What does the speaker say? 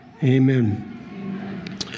amen